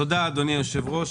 תודה אדוני היושב ראש,